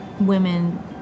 women